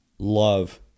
Love